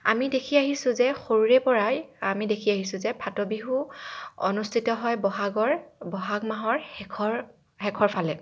আমি দেখি আহিছোঁ যে সৰুৰে পৰাই আমি দেখি আহিছোঁ যে ফাটবিহু অনুষ্ঠিত হয় বহাগৰ বহাগ মাহৰ শেষৰফালে